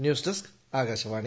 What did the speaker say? news desk Akashvani